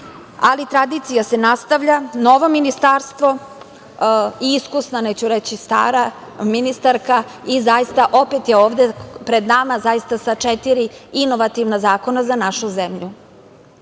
ali tradicija se nastavlja, novo ministarstvo i iskusna, neću reći stara, ministarka i zaista opet je ovde pred nama zaista sa četiri inovativna zakona za našu zemlju. Želela